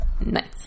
Nice